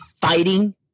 fighting